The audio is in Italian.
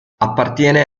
appartiene